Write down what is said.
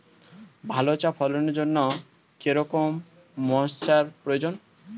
ভালো চা ফলনের জন্য কেরম ময়স্চার প্রয়োজন?